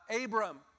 Abram